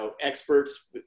experts